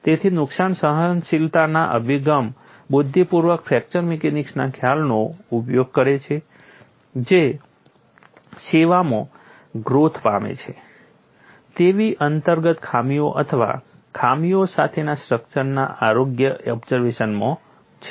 તેથી નુકસાન સહનશીલતા અભિગમ બુદ્ધિપૂર્વક ફ્રેક્ચર મિકેનિક્સના ખ્યાલોનો ઉપયોગ કરે છે જે સેવામાં ગ્રોથ પામે છે તેવી અંતર્ગત ખામીઓ અથવા ખામીઓ સાથેના સ્ટ્રક્ચરના આરોગ્ય ઓબ્ઝર્વેશનમાં છે